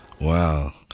wow